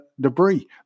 debris